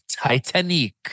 Titanic